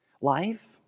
life